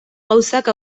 gauzak